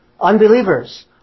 Unbelievers